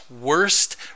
worst